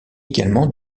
également